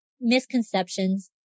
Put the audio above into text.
misconceptions